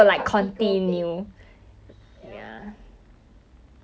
oh ya oh my god that's the worst but 我会 paiseh